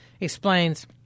explains